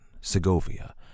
Segovia